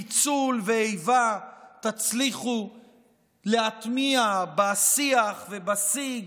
פיצול ואיבה תצליחו להטמיע בשיח ובשיג